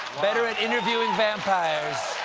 better at interviewing vampires